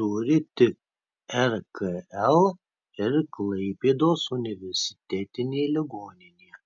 turi tik rkl ir klaipėdos universitetinė ligoninė